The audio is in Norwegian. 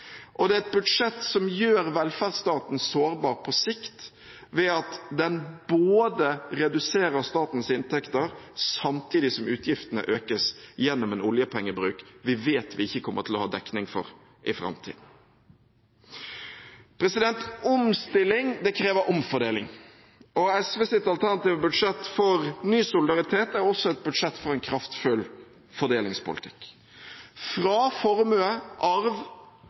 Og det er et budsjett som gjør velferdsstaten sårbar på sikt ved at det reduserer statens inntekter samtidig som utgiftene økes gjennom en oljepengebruk vi vet vi ikke kommer til å ha dekning for i framtiden. Omstilling krever omfordeling. SVs alternative budsjett for ny solidaritet er også et budsjett for en kraftfull fordelingspolitikk – fra formue, arv